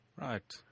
Right